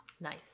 Nice